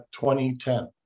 2010